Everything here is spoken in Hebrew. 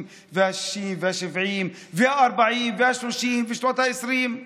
והשישים והשבעים והארבעים והשלושים ובשנות העשרים.